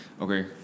Okay